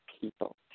people